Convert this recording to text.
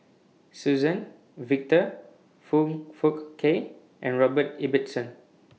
Suzann Victor Foong Fook Kay and Robert Ibbetson